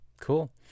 Cool